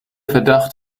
verdacht